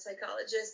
psychologist